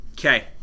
Okay